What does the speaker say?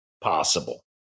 possible